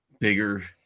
bigger